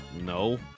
No